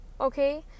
okay